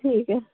ठीक ऐ